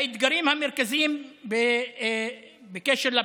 האתגרים המרכזיים בקשר לפסולת,